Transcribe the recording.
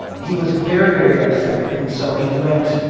he was very, very upset. and so he went,